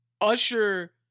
Usher